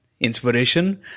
inspiration